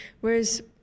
whereas